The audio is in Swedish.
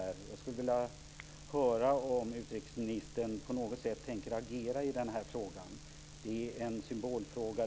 Jag skulle vilja höra om utrikesministern på något sätt tänker agera i denna fråga. Det är en symbolfråga.